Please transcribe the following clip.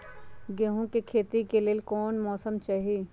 गेंहू के खेती के लेल कोन मौसम चाही अई?